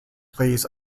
plays